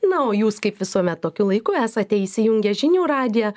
na o jūs kaip visuomet tokiu laiku esate įsijungę žinių radiją